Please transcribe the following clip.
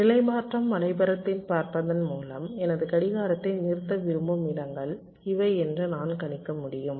நிலை மாற்றம் வரைபடத்தைப் பார்ப்பதன் மூலம் எனது கடிகாரத்தை நிறுத்த விரும்பும் இடங்கள் இவை என்று நான் கணிக்க முடியும்